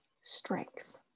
strength